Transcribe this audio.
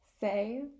say